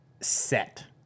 set